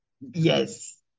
yes